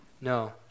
No